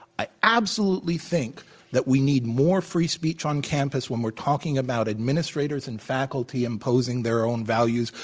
i absolutely think that we need more free speech on campus when we're talking about administrators, and faculty imposing their own values,